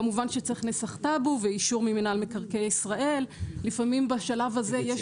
כמובן שצריך נסח טאבו ואישור ממינהל מקרקעי ישראל לפעמים בשלב הזה יש